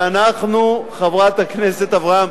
יש לכם כבר רוב, ואנחנו, חברת הכנסת אברהם,